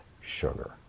sugar